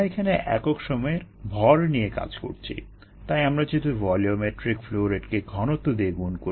𝑟𝑖 𝑟𝑜 volumetric flow rate পাবো